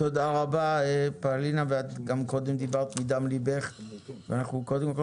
תודה רבה פאלינה ואת גם קודם דיברת מדם ליבך ואנחנו קודם כל